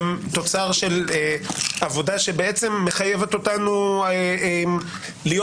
הם תוצר של עבודה שבעצם מחייבת אותנו להיות ,